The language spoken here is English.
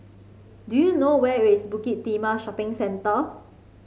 do you know where is Bukit Timah Shopping Centre